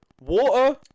Water